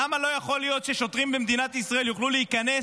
למה לא יכול להיות ששוטרים במדינת ישראל לא יוכלו להיכנס,